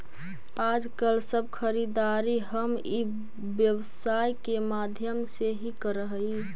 आजकल सब खरीदारी हम ई व्यवसाय के माध्यम से ही करऽ हई